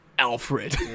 Alfred